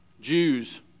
Jews